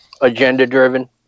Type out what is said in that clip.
agenda-driven